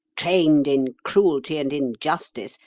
trained in cruelty and injustice,